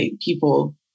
people